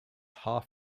half